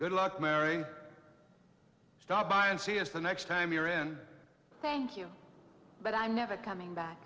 good luck mary stop by and see us the next time you're in thank you but i'm never coming back